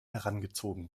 herangezogen